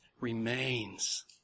remains